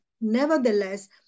Nevertheless